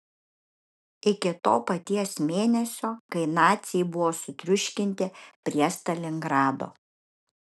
iki to paties mėnesio kai naciai buvo sutriuškinti prie stalingrado